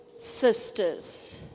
sisters